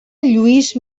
lluís